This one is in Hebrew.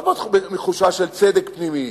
זה לא בא מתחושה של צדק פנימי.